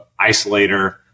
isolator